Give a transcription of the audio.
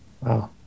Wow